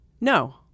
No